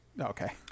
Okay